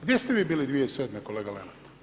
Gdje ste vi bili 2007., kolega Lenart?